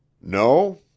No